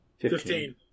Fifteen